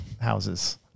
houses